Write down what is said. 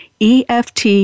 EFT